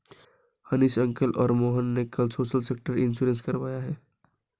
Hanish uncle और मोहन ने कल सोशल सेक्टर इंश्योरेंस करवाया है